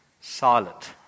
silent